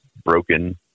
broken